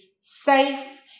safe